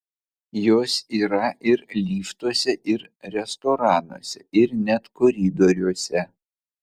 jos yra ir liftuose ir restoranuose ir net koridoriuose